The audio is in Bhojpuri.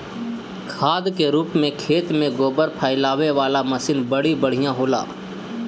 खाद के रूप में खेत में गोबर फइलावे वाला मशीन बड़ी बढ़िया होला